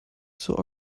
zur